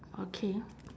okay